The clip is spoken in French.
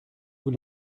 vous